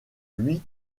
huit